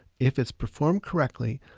if it's performed correctly,